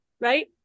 Right